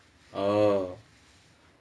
oh